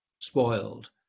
spoiled